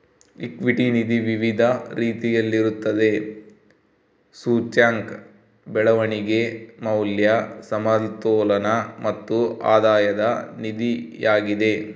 equity ನಿಧಿ ವಿವಿಧ ರೀತಿಯಲ್ಲಿರುತ್ತದೆ, ಸೂಚ್ಯಂಕ, ಬೆಳವಣಿಗೆ, ಮೌಲ್ಯ, ಸಮತೋಲನ ಮತ್ತು ಆಧಾಯದ ನಿಧಿಯಾಗಿದೆ